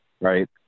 right